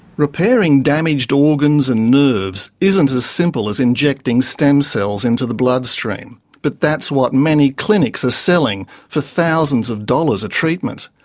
repairing damaged organs and nerves isn't as simple as injecting stem cells into the bloodstream, but that's what many clinics are selling, for thousands of dollars a treatment.